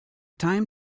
time